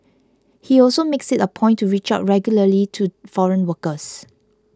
he also makes it a point to reach out regularly to foreign workers